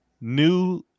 new